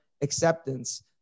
acceptance